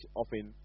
often